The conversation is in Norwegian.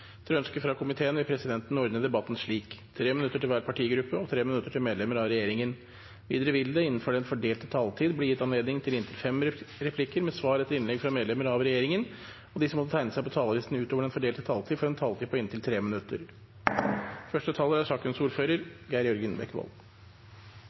Etter ønske fra helse- og omsorgskomiteen vil presidenten ordne debatten slik: 3 minutter til hver partigruppe og 3 minutter til medlemmer av regjeringen. Videre vil det – innenfor den fordelte taletid – bli gitt anledning til inntil fem replikker med svar etter innlegg fra medlemmer av regjeringen, og de som måtte tegne seg på talerlisten utover den fordelte taletid, får en taletid på inntil 3 minutter.